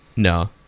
No